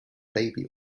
baby